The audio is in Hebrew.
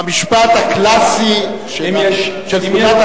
במשפט הקלאסי, אם יש פרט מוכמן.